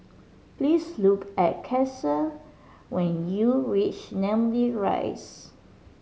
please look for Ceasar when you reach Namly Rise